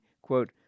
quote